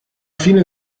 fine